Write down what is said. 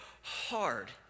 hard